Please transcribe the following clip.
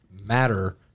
matter